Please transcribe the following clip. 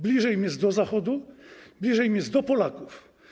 Bliżej im jest do Zachodu, bliżej im jest do Polaków.